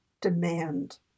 demand